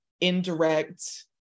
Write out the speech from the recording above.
indirect